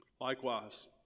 Likewise